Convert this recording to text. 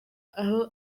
aho